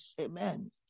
Amen